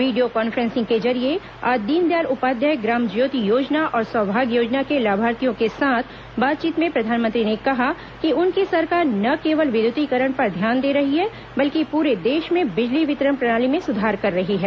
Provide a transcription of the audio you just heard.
video conferencing के जरिये आज दीनदयाल उपाध्याय ग्राम ज्योति योजना और सौभाग्य योजना के लाभार्थियों के साथ बातचीत में प्रधानमंत्री ने कहा कि उनकी सरकार न केवल विद्युतीकरण पर ध्यान दे रही है बल्कि पूरे देश में बिजली वितरण प्रणाली में सुधार कर रही है